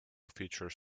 features